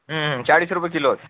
चाळीस रुपये किलोच